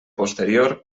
posterior